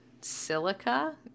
silica